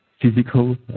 physical